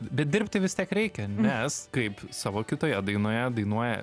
bet dirbti vis tiek reikia nes kaip savo kitoje dainoje dainuoja